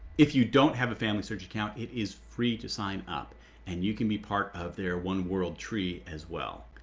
if you don't have a family search account it is free to sign up and you can be part of their one world tree as well.